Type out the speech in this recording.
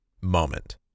moment